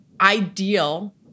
ideal